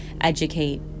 educate